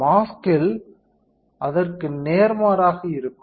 மாஸ்க்கில் அதற்கு நேர்மாறாக இருக்கும்